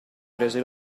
prese